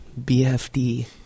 BFD